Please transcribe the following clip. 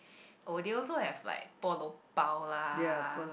oh they also have like polo bao lah